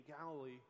Galilee